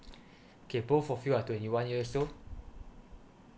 okay both of you are twenty one years old